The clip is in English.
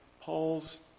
Paul's